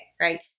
right